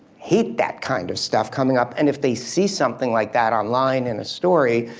hate that kind of stuff coming up. and if they see something like that online in a story,